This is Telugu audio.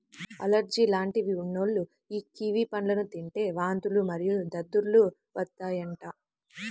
అలెర్జీ లాంటివి ఉన్నోల్లు యీ కివి పండ్లను తింటే వాంతులు మరియు దద్దుర్లు వత్తాయంట